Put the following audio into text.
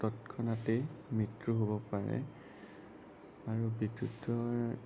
তৎক্ষণাতে মৃত্যু হ'ব পাৰে আৰু বিদ্য়ুতৰ